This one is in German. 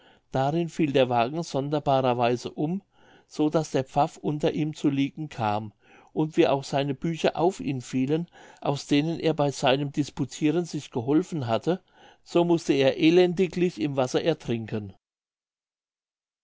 darin fiel der wagen sonderbarer weise um so daß der pfaff unter ihm zu liegen kam und wie auch seine bücher auf ihn fielen aus denen er bei seinem disputiren sich geholfen hatte so mußte er elendiglich im wasser ertrinken